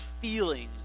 feelings